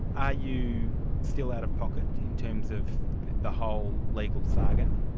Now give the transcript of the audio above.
are you still out of pocket, in terms of the whole legal saga?